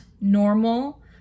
normal